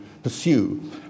Pursue